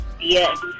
Yes